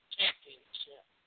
Championship